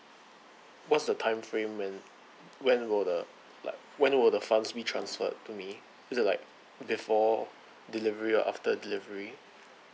what's the time frame when when will the like when will the funds be transferred to me is it like before delivery or after delivery